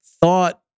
thought